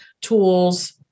tools